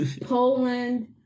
Poland